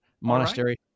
Monastery